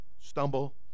stumble